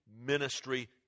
ministry